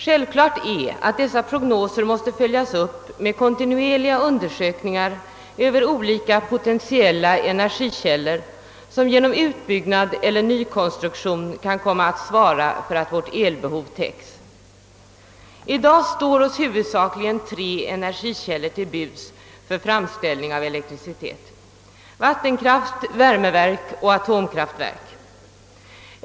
Självklart är att dessa prognoser måste följas upp med kontinuerliga undersökningar för olika potentiella energikällor, som genom utbyggnad eller nykonstruktion kan komma att svara för att vårt elbehov täcks. I dag står oss huvudsakligen tre energikällor till buds för framställning av elektricitet: vattenkraft, värmeverk och atomkraftverk.